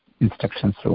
instructions